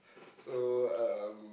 so um